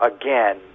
again